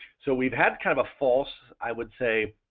so we've had kind of a false i would say,